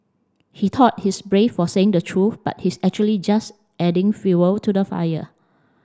he thought he's brave for saying the truth but he's actually just adding fuel to the fire